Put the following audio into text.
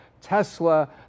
Tesla